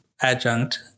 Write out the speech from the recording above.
adjunct